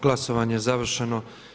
Glasovanje je završeno.